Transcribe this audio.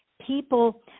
People